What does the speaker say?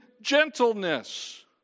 gentleness